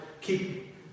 keep